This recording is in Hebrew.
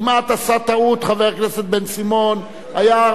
חבר הכנסת בן-סימון כמעט עשה טעות.